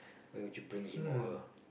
where would you bring him or her